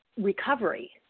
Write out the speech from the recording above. recovery